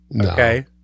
Okay